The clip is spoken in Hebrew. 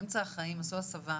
באמצע החיים עשו הסבה.